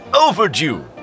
overdue